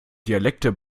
dialekte